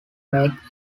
make